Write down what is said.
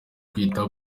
kwitwa